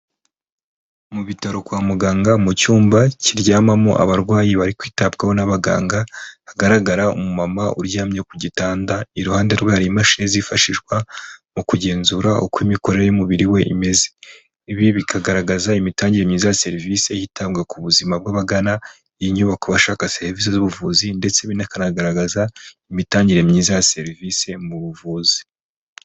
Mu bitaro kwa muganga, mu cyumba kiryamamo abarwayi bari kwitabwaho n'abaganga, hagaragara umumama uryamye ku gitanda, iruhande rwe hari imashini zifashishwa mu kugenzura uko imikorere y'umubiri we imeze. Ibi bikagaragaza imitangire myiza ya serivisi itangwa ku buzima bw'abagana iyi nyubako bashaka serivisi z'ubuvuzi ndetse binakanagaragaza imitangire myiza ya serivisi mu buvuzi.